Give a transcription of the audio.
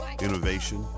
Innovation